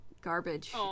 garbage